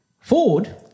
Ford